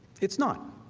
it is not.